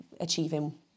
achieving